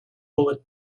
bullet